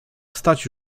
wstać